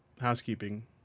housekeeping